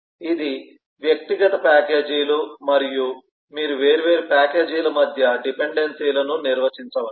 ఇవి వ్యక్తిగత ప్యాకేజీలు మరియు మీరు వేర్వేరు ప్యాకేజీల మధ్య డిపెండెన్సీలను నిర్వచించవచ్చు